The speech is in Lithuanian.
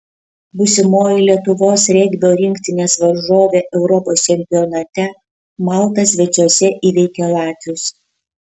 būsimoji lietuvos regbio rinktinės varžovė europos čempionate malta svečiuose įveikė latvius